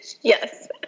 Yes